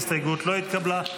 ההסתייגות לא התקבלה.